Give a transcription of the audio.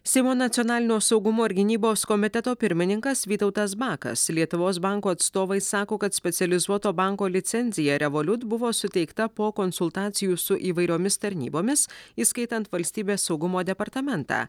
seimo nacionalinio saugumo ir gynybos komiteto pirmininkas vytautas bakas lietuvos banko atstovai sako kad specializuoto banko licencija revoliut buvo suteikta po konsultacijų su įvairiomis tarnybomis įskaitant valstybės saugumo departamentą